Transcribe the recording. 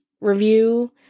review